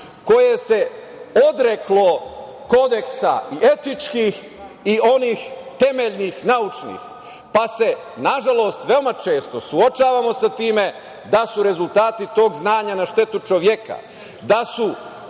koje se odreklo kodeksa i etičkih i onih temeljnih, naučnih, pa se, nažalost, veoma često suočavamo sa time da su rezultati tog znanja na štetu čoveka,